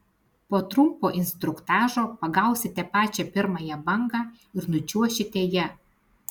po trumpo instruktažo pagausite pačią pirmąją bangą ir nučiuošite ja